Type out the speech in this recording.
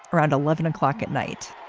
around eleven o'clock at night.